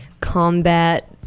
combat